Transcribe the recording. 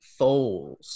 Foles